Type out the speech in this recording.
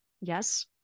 yes